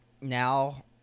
now